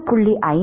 5 வரை 10